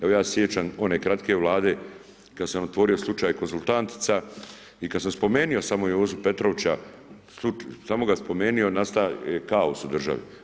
Evo ja se sjećam one kratke Vlade kad sam otvorio slučaj Konzultantica, i kad sam spomenuo samo Jozu Petrovića, samo ga spomenuo, nastao je kaos u državi.